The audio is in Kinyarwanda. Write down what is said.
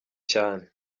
cyane